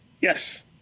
Yes